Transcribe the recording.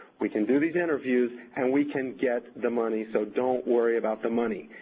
we can do these interviews, and we can get the money, so don't worry about the money.